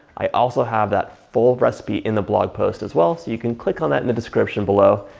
i also have that full recipe in the blog post as well so you can click on that in the description below.